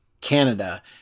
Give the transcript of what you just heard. Canada